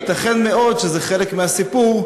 ייתכן מאוד שזה חלק מהסיפור,